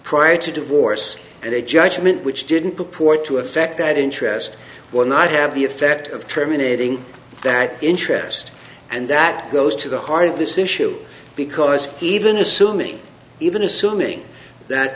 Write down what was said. prior to divorce and a judgment which didn't purport to affect that interest or not have the effect of terminating that interest and that goes to the heart of this issue because even assuming even assuming that